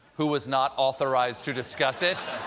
who was not authorized to discuss it.